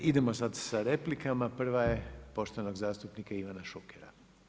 Idemo sad sa replikama, prva je poštovanog zastupnika Ivana Šukera.